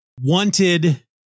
wanted